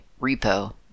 repo